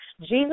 Jesus